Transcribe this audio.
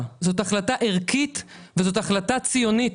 אלא זאת החלטה ערכית וזאת החלטה ציונית